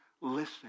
listen